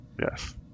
Yes